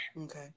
Okay